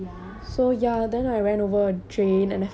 oh my god you fell inside a drain